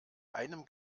einem